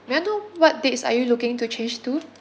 may I know what dates are you looking to change to